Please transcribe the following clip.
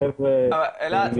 של החבר'ה שנשברים,